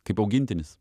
kaip augintinis